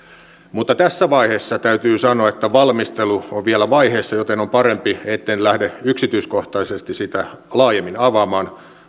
tässä vaiheessa täytyy sanoa että valmistelu on vielä vaiheessa joten on parempi etten lähde yksityiskohtaisesti sitä laajemmin avaamaan